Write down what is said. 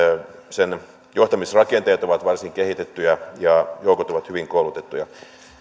sen johtamisrakenteet ovat varsin kehitettyjä ja joukot ovat hyvin koulutettuja